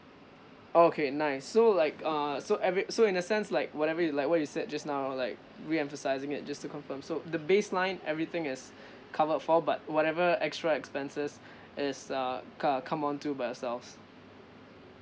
okay nice so like err so every~ so in the sense like whatever you like what you said just now like re emphasizing it just to confirm so the baseline everything is covered for but whatever extra expenses it's uh co~ come on to by ourselves